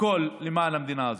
הכול למען המדינה הזאת.